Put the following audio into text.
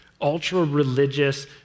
ultra-religious